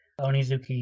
Onizuki